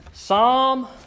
Psalm